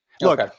Look